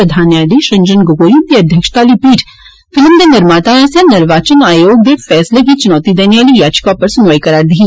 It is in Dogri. प्रधान न्यायधीश रंजन गगोई हुन्दी अध्यक्षता आली पीठ फिल्म दे निर्माता आस्सेया निर्वाचन आयोग दे फैसले गी चुनौती देने आली याचिका उप्पर सुनवाई करा'र दी ही